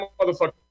motherfucker